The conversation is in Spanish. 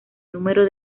número